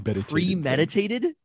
premeditated